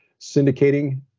syndicating